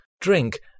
drink